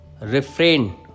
refrain